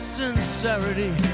sincerity